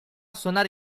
suonare